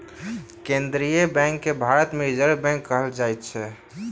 केन्द्रीय बैंक के भारत मे रिजर्व बैंक कहल जाइत अछि